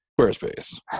Squarespace